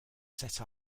set